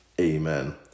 Amen